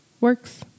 Works